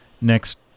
next